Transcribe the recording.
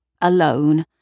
alone